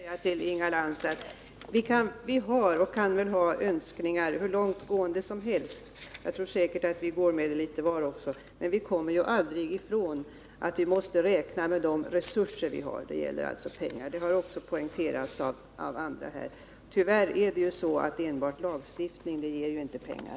Herr talman! Jag vill bara säga till Inga Lantz att vi kan alla ha önskningar som är hur långt gående som helst, och jag tror säkert att vi har sådana önskningar litet var, men vi kommer aldrig ifrån att vi måste ta hänsyn till de resurser vi har till vårt förfogande. Det gäller alltså pengar, vilket också har poängterats av andra i debatten. Tyvärr är det så att enbart lagstiftning inte ger några pengar.